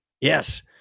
yes